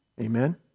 Amen